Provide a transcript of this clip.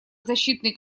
защитный